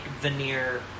veneer